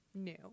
new